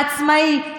עצמאי,